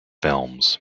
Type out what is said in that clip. films